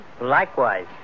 Likewise